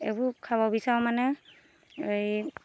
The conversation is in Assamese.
এইবোৰ খাব বিচাৰোঁ মানে এই